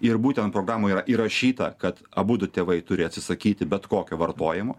ir būtent programoj yra įrašyta kad abudu tėvai turi atsisakyti bet kokio vartojimo